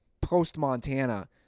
post-Montana